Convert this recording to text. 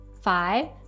five